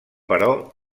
però